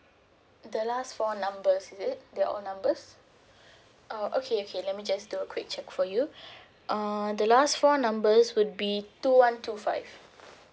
the last four numbers is it the old numbers err okay okay let me just do a quick check for you uh the last four numbers would be two one two five